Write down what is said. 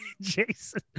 Jason